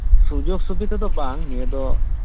ᱥᱩᱡᱳᱜᱽ ᱥᱩᱵᱤᱫᱷᱟ ᱫᱚ ᱵᱟᱝ ᱱᱤᱭᱟᱹ ᱫᱚ